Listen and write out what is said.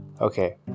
okay